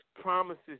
promises